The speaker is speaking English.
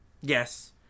Yes